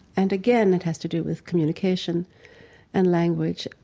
and again, it has to do with communication and language,